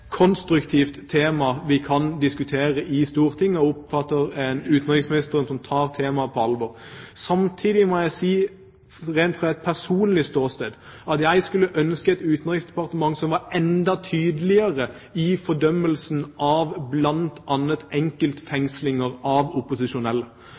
konstruktivt tema vi kan diskutere i Stortinget, og oppfatter at utenriksministeren tar temaet på alvor. Samtidig må jeg si ut fra et personlig ståsted at jeg skulle ønske et utenriksdepartement som var enda tydeligere i fordømmelsen av